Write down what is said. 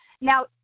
now